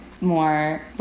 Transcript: more